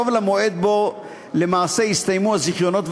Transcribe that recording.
שבו למעשה יסתיימו הזיכיונות,